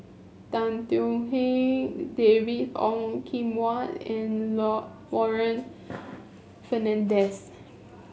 Tan Thuan Heng David Ong Kim Huat and law Warren Fernandez